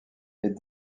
est